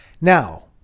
now